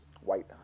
white